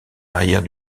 arrière